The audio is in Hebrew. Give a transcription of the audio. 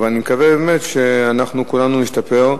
ואני מקווה באמת שכולנו נשתפר.